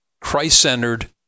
Christ-centered